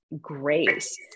grace